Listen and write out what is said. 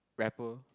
rapper